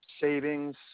savings